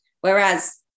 Whereas